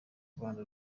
rwanda